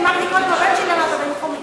אמרתי קודם שהבן שלי למד בבין-תחומי.